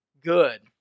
good